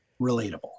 relatable